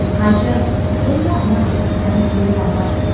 i just did not want to spend any more money.